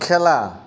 খেলা